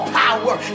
power